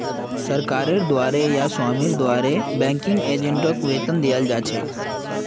सरकारेर द्वारे या स्वामीर द्वारे बैंकिंग एजेंटक वेतन दियाल जा छेक